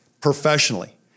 professionally